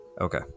Okay